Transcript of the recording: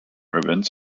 events